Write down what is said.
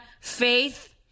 faith